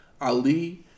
Ali